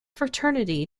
fraternity